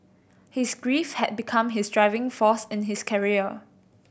his grief had become his driving force in his career